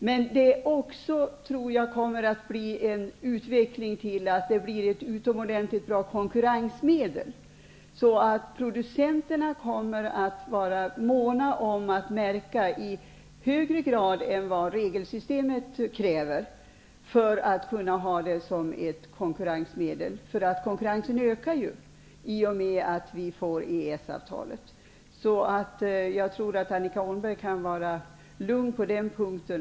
Men jag tror också att detta kommer att utvecklas till att bli ett utomordentligt bra konkurrensmedel, på så sätt att producenterna i högre grad än vad regelsystemet kräver kommer att vara måna om att märka livsmedlen. Konkurrensen ökar ju i och med EES-avtalet, och det blir då viktigt för producenterna att kunna konkurrera. Jag tror därför att Annika Åhnberg kan känna sig lugn på den punkten.